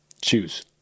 Choose